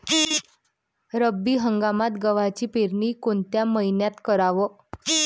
रब्बी हंगामात गव्हाची पेरनी कोनत्या मईन्यात कराव?